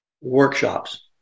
workshops